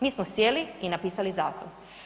Mi smo sjeli i napisali zakon.